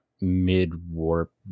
mid-warp